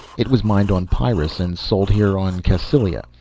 it was mined on pyrrus and sold here on cassylia.